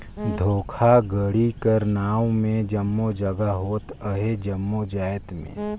धोखाघड़ी कर नांव में जम्मो जगहा होत अहे जम्मो जाएत में